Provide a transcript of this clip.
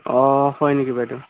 অ হয় নেকি বাইদেউ